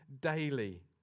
daily